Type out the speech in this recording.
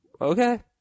Okay